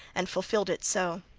and fulfilled it so.